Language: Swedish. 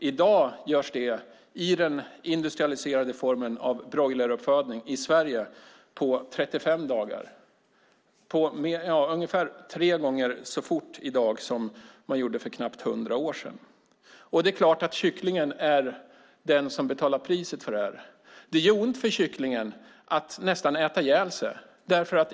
I dag går det i den industrialiserade formen av broileruppfödning i Sverige på 35 dagar. Det är ungefär tre gånger snabbare i dag än för knappt hundra år sedan. Det är klart att kycklingen är den som betalar priset för detta. Det gör ont för kycklingen att nästan äta ihjäl sig.